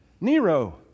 Nero